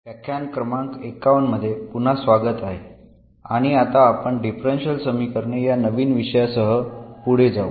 व्याख्यान क्रमांक 51 मध्ये पुन्हा स्वागत आहे आणि आता आपण डिफरन्शियल समीकरणे या नवीन विषयासह पुढे जाऊ